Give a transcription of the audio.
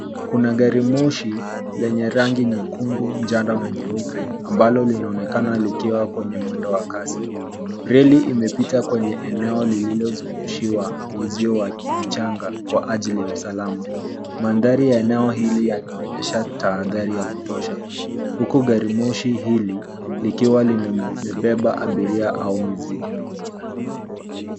Kuna gari moshi lenye rangi nyekundu njano na nyeupe ambalo linaonekana likiwa kwenye mwendo wa kasi. Reli imepita kwenye eneo lililozingushiwa uzio wa mchanga kwa ajili ya usalama. Mandhari ya eneo hili inaonyesha tahadhari ya kutosha huku gari moshi hili likiwa limebeba abiria au mizigo.